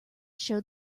showed